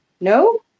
no